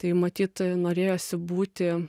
tai matyt norėjosi būti